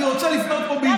אתה,